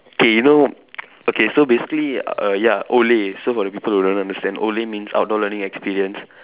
okay you know okay so basically uh ya ole so for the people who don't understand ole means outdoor learning experience